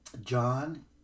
John